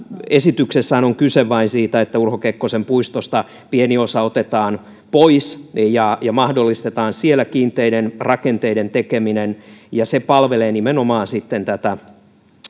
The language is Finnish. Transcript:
esityksessähän on kyse vain siitä että urho kekkosen puistosta pieni osa otetaan pois ja ja mahdollistetaan siellä kiinteiden rakenteiden tekeminen se palvelee nimenomaan tätä